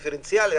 הדיפרנציאליות.